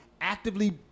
actively